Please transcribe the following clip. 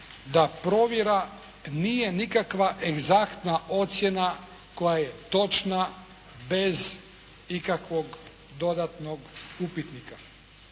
da provjera nije nikakva egzaktna ocjena koja je točna bez ikakvog dodatnog upitnika.